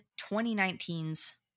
2019's